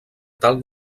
tal